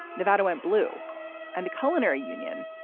nevada went blue and the culinary union,